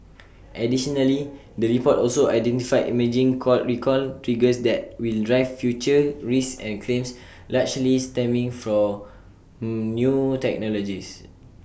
additionally the report also identified emerging call recall triggers that will drive future risks and claims largely stemming from new technologies